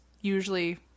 usually